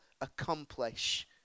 accomplish